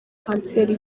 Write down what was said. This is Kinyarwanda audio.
kanseri